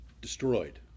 Destroyed